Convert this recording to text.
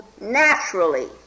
naturally